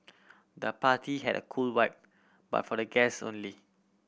the party had a cool vibe but for the guest only